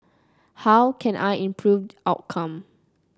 how can I improve outcome